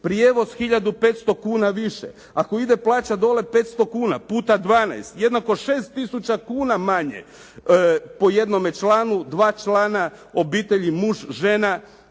prijevoz 1500 kuna više. Ako ide plaća dolje, 500 kuna puta 12 jednako 6 tisuća kuna manje po jednome članu. Dva člana obitelji, muž, žena